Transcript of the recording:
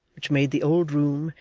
which made the old room,